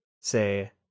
say